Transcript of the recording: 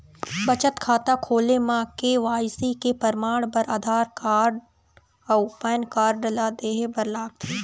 बचत खाता खोले म के.वाइ.सी के परमाण बर आधार कार्ड अउ पैन कार्ड ला देहे बर लागथे